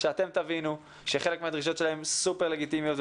שאתם תבינו שחלק מהדרישות שלהם סופר לגיטימיות,